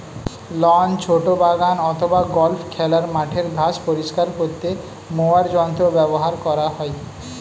loan, ছোট বাগান অথবা গল্ফ খেলার মাঠের ঘাস পরিষ্কার করতে মোয়ার যন্ত্র ব্যবহার করা হয়